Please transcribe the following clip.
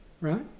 right